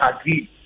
agreed